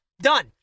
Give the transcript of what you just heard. Done